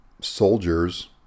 soldiers